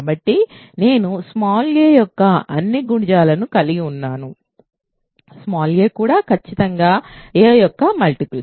కాబట్టి నేను small a యొక్క అన్ని గుణిజాలను కలిగి ఉంటాను స్మాల్ a కూడా ఖచ్చితంగా a యొక్క మల్టిపుల్